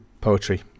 poetry